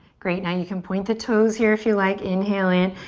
great. now you can point the toes here, if you like. inhale in,